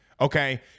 Okay